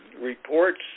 reports